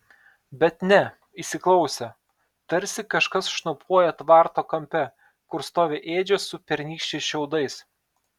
bet ne įsiklausė tarsi kažkas šnopuoja tvarto kampe kur stovi ėdžios su pernykščiais šiaudais